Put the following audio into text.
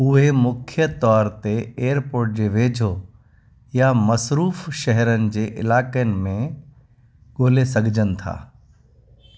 उहे मुख्य तौर ते एयरपोर्ट जे वेझो या मसरूफ़ शहरनि जे इलाइक़नि में ॻोल्हे सघिजनि था